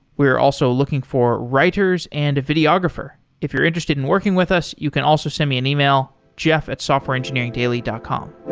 we are also looking for writers and a videographer. if you're interested in working with us, you can also send me an email, jeff at softwareengineeringdaily dot com